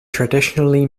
traditionally